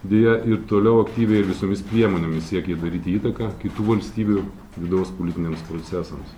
deja ir toliau aktyviai visomis priemonėmis siekia daryti įtaką kitų valstybių vidaus politiniams procesams